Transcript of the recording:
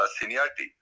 seniority